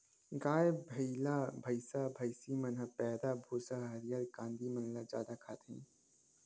गाय, बइला, भइसा, भइसी मन ह पैरा, भूसा, हरियर कांदी मन ल जादा खाथे